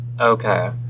Okay